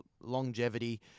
longevity